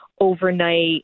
overnight